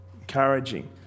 encouraging